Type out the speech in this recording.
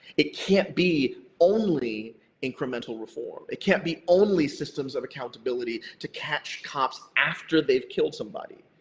it can't be only incremental reform. it can't be only systems of accountability to catch cops after they've killed somebody.